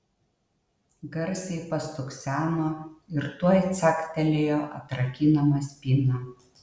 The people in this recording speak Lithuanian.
garsiai pastukseno ir tuoj caktelėjo atrakinama spyna